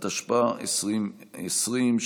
התשפ"א 2020,